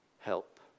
help